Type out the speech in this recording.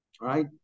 right